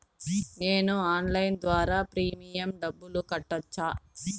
నేను ఆన్లైన్ ద్వారా ప్రీమియం డబ్బును కట్టొచ్చా?